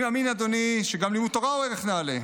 אני מאמין, אדוני, שגם לימוד תורה הוא ערך נעלה,